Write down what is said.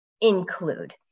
include